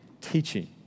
teaching